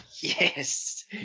yes